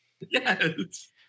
Yes